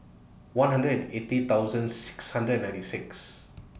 one hundred and eighty thousand six hundred and ninety six